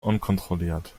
unkontrolliert